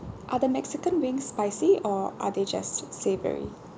are the mexican wing spicy or are they just savory